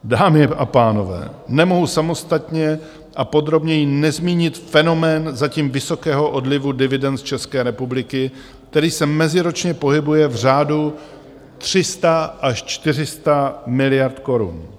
Dámy a pánové, nemohu samostatně a podrobněji nezmínit fenomén zatím vysokého odlivu dividend z České republiky, který se meziročně pohybuje v řádu 300 až 400 miliard korun.